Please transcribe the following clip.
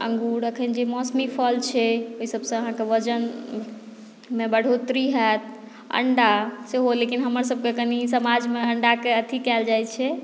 अँगूर अखन जे मौसमी फल छै ई सभसँ अहाँकेँ वजनमे बढ़ोतरी होएत अण्डा सेहो लेकिन हमर सभकेँ कनि समाजमे कनि अण्डाकेंँ अथी कायल जाइ छै